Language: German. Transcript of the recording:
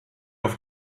auf